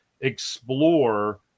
explore